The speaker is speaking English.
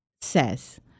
says